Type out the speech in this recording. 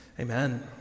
amen